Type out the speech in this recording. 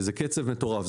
זה קצב מטורף.